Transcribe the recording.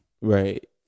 Right